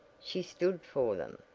she stood for them,